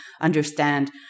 understand